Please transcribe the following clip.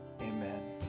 Amen